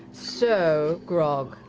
so, grog,